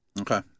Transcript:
Okay